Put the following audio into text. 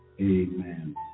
Amen